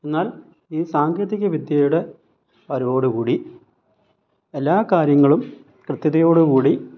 എന്നാൽ ഈ സാങ്കേതിക വിദ്യയുടെ വരവോടുകൂടി എല്ലാ കാര്യങ്ങളും കൃത്യതയോടു കൂടി